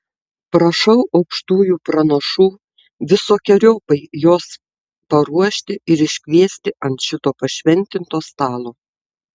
prašau aukštųjų pranašų visokeriopai juos paruošti ir iškviesti ant šito pašventinto stalo